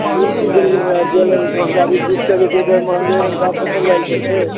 लए लऽ पड़तै